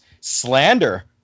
slander